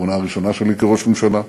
בכהונה הראשונה שלי כראש ממשלה,